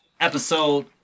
Episode